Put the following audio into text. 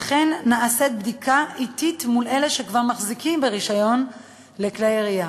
וכן נעשית בדיקה עתית מול אלה שכבר מחזיקים ברישיון לכלי ירייה.